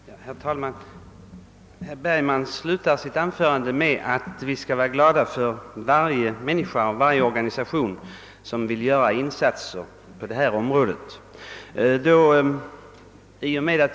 Herr talman! Herr Bergman slutade sitt anförande med att säga att vi skall vara glada för varje person och varje organisation som vill göra insatser på detta område.